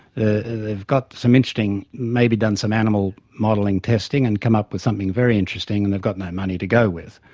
they've got some interesting, maybe done some animal modelling testing and come up with something very interesting and they've got no money to go with,